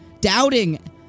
doubting